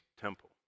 temple